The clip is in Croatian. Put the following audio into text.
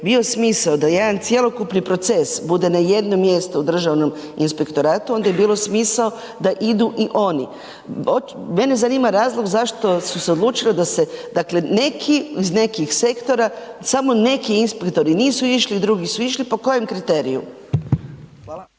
bio smisao da jedan cjelokupni proces bude na jednom mjestu u Državnom inspektoratu, onda je bi bilo smisao da idu i oni. Mene zanima razlog zašto su se odlučili da se dakle neki iz nekih sektora samo neki inspektori nisu išli, drugi su išli, po kojem kriteriju?